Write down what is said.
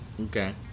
Okay